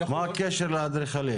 מה הקשר לאדריכלים?